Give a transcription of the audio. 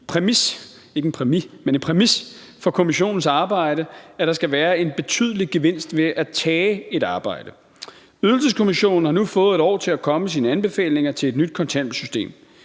en præmis for kommissionens arbejde, at der skal være en betydelig gevinst ved at tage et arbejde. Ydelseskommissionen har nu fået et år til at komme med sine anbefalinger til et nyt kontanthjælpssystem.